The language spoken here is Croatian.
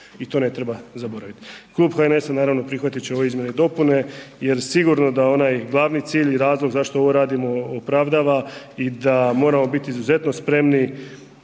i to ne treba zaboraviti. Klub HNS-a naravno prihvatit će ove izmjene i dopune jer sigurno da onaj glavni cilj i razlog zašto ovo radimo opravdava i da moramo biti izuzetno spremni